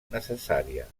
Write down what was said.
necessària